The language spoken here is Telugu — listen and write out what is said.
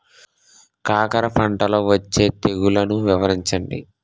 కాకర పంటలో వచ్చే తెగుళ్లను వివరించండి?